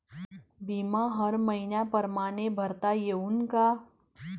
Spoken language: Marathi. बिमा हर मइन्या परमाने भरता येऊन का?